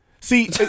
See